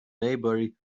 maybury